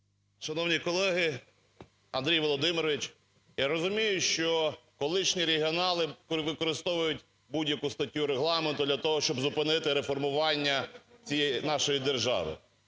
Шановні колеги, Андрій Володимирович, я розумію, що колишні регіонали використовують будь-яку статтю Регламенту для того, щоб зупинити реформування нашої держави.